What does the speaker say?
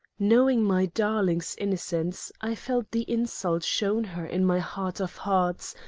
knowing my darling's innocence, i felt the insult shown her in my heart of hearts,